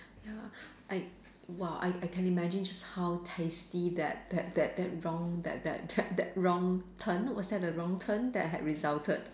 ya I !wow! I I can imagine just how tasty that that that that wrong that that that that wrong turn what's that the wrong turn that had resulted